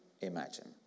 imagine